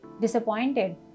disappointed